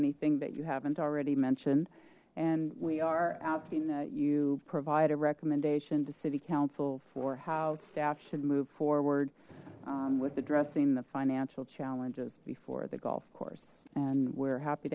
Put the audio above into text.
anything that you haven't already mentioned and we are asking that you provide a recommendation to city council for how staff should move forward with addressing the financial challenges before the golf course and we're happy